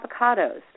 avocados